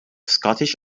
scottish